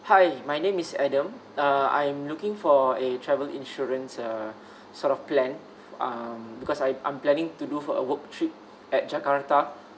hi my name is adam uh I'm looking for a travel insurance uh sort of plan um because I'm~ I'm planning to do for a work trip at jakarta